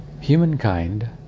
Humankind